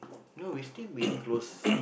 no we'll still be close